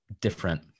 different